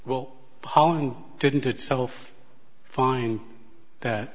well how long didn't itself find that